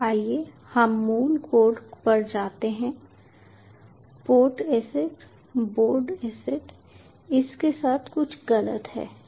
आइए हम मूल कोड पर जाते हैं पोर्ट एसेट बोर्ड एसेट इस के साथ कुछ गलत है